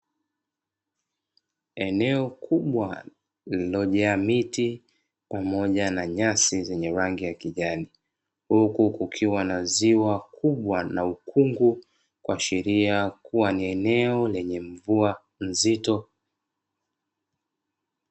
Eneo kubwa lililojaa miti pamoja na nyasi zenye rangi ya kijani, huku kukiwa na ziwa kubwa na ukungu, kuashiria kuwa ni eneo lenye mvua nzito.